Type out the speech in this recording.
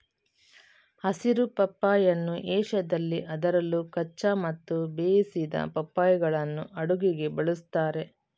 ಹಸಿರು ಪಪ್ಪಾಯಿಯನ್ನು ಏಷ್ಯಾದಲ್ಲಿ ಅದರಲ್ಲೂ ಕಚ್ಚಾ ಮತ್ತು ಬೇಯಿಸಿದ ಪಪ್ಪಾಯಿಗಳನ್ನು ಅಡುಗೆಗೆ ಬಳಸುತ್ತಾರೆ